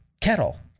kettle